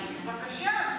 בבקשה.